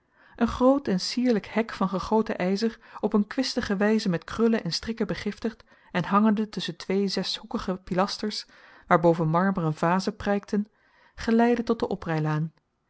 een groot en sierlijk hek van gegoten ijzer op een kwistige wijze met krullen en strikken begiftigd en hangende tusschen twee zeshoekige pilasters waarboven marmeren vazen prijkten geleidde tot de oprijlaan